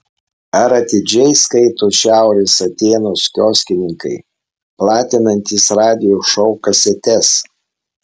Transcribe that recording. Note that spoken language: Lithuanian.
ar atidžiai skaito šiaurės atėnus kioskininkai platinantys radijo šou kasetes